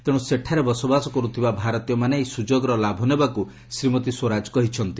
ତେଣୁ ସେଠାରେ ବସବାସ କରୁଥିବା ଭାରତୀୟମାନେ ଏହି ସୁଯୋଗର ଲାଭ ନେବାକୁ ଶ୍ରୀମତୀ ସ୍ୱରାଜ କହିଛନ୍ତି